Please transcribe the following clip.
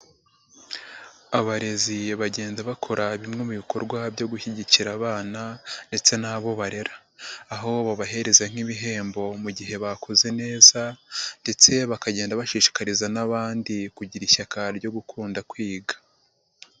Abarezi bagenda bakora bimwe mu bikorwa byo gushyigikira abana ndetse n'abo barera. Aho babahereza nk'ibihembo mu gihe bakoze neza ndetse bakagenda bashishikariza n'abandi kugira ishyaka ryo gukunda kwiga.